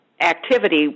activity